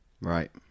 Right